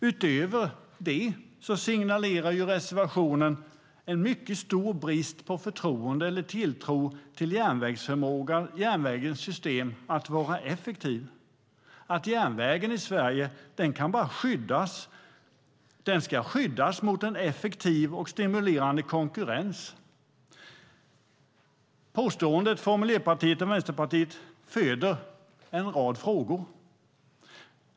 Utöver det signalerar reservationen en mycket stor brist på förtroende för eller tilltro till järnvägens förmåga att vara effektiv. Järnvägen ska i stället skyddas mot en effektiv och stimulerande konkurrens. Påståendet från Miljöpartiet och Vänsterpartiet föder en rad frågor.